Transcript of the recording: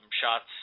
shots